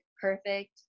perfect